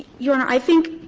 your honor, i think